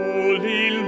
Holy